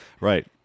Right